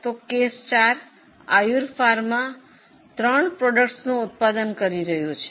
તો case 4 Ayur pharma ત્રણ ઉત્પાદનોનું ઉત્પાદન કરી રહ્યું છે